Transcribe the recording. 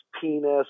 penis